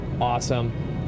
awesome